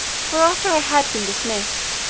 for after i had been dismissed,